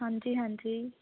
ਹਾਂਜੀ ਹਾਂਜੀ